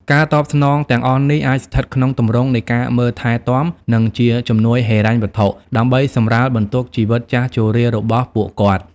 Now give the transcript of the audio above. ការតបស្នងទាំងអស់នេះ អាចស្ថិតក្នុងទម្រង់នៃការមើលថែរទាំ និងជាជំនួយហិរញ្ញវត្ថុ ដើម្បីសម្រាលបន្ទុកជីវិតចាស់ជរារបស់ពួកគាត់។